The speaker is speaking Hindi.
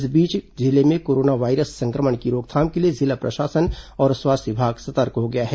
इस बीच जिले में कोरोना वायरस संक्रमण की रोकथाम के लिए जिला प्रशासन और स्वास्थ्य विभाग सतर्क हो गया है